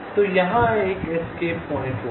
तो यहाँ एक एस्केप पॉइंट होगा